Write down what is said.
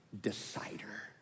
decider